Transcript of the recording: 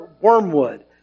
wormwood